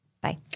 Bye